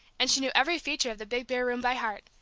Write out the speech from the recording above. and she knew every feature of the big bare room by heart,